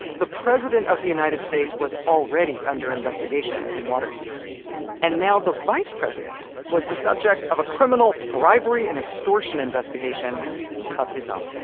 the president of the united states was already under investigation in watergate and now the vice president was the subject of a criminal bribery-and-extortion investigation of his own